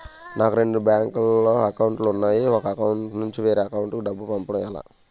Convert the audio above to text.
నాకు రెండు బ్యాంక్ లో లో అకౌంట్ లు ఉన్నాయి ఒక అకౌంట్ నుంచి వేరే అకౌంట్ కు డబ్బు పంపడం ఎలా?